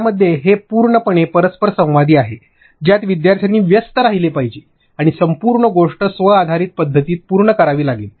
त्यामध्ये हे पूर्णपणे परस्पर संवादी आहे ज्यात विद्यार्थ्यांनी व्यस्त राहिले पाहिजे आणि संपूर्ण गोष्ट स्व आधारित पद्धतीत पूर्ण करावी लागेल